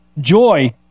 Joy